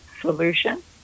solution